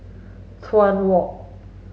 Chuan Walk